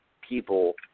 people